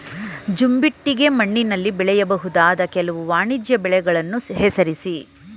ಜಂಬಿಟ್ಟಿಗೆ ಮಣ್ಣಿನಲ್ಲಿ ಬೆಳೆಯಬಹುದಾದ ಕೆಲವು ವಾಣಿಜ್ಯ ಬೆಳೆಗಳನ್ನು ಹೆಸರಿಸಿ?